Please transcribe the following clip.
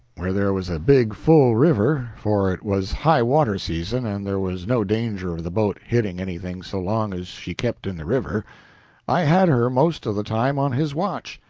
where there was a big, full river for it was high-water season and there was no danger of the boat hitting anything so long as she kept in the river i had her most of the time on his watch.